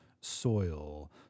soil